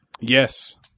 Yes